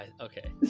okay